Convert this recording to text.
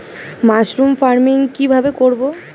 Mushroom farming কি ভাবে করব?